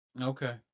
okay